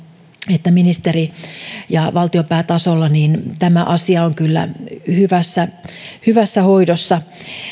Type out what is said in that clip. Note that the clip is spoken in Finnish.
että ministeri ja valtionpäätasolla tämä asia on kyllä hyvässä hyvässä hoidossa